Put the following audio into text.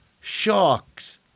Sharks